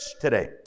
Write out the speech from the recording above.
today